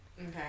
Okay